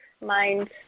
mind